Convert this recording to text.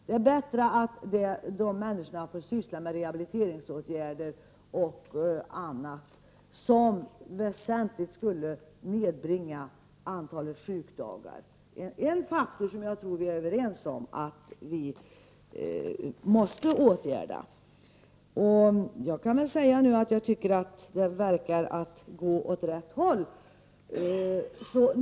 Det är bättre att de som arbetar inom den allmänna försäkringen får syssla med rehabiliteringsåtgärder och annat som väsentligt skulle nedbringa antalet sjukdagar, en faktor som jag tror att vi är överens om att vi måste åtgärda. Jag tycker att det nu verkar gå åt rätt håll.